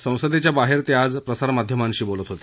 संसदेच्या बाहेर ते आज प्रसार माध्यमांशी बोलत होते